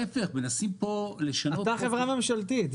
אתה חברה ממשלתית.